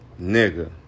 nigga